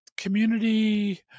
Community